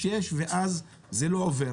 ובשדה התעופה חושבים שכולם מחוסנים סביבם וזה לא נכון.